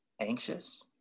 anxious